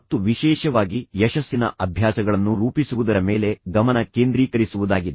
ಮತ್ತು ವಿಶೇಷವಾಗಿ ಯಶಸ್ಸಿನ ಅಭ್ಯಾಸಗಳನ್ನು ರೂಪಿಸುವುದರ ಮೇಲೆ ಗಮನ ಕೇಂದ್ರೀಕರಿಸುವುದಾಗಿದೆ